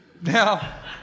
Now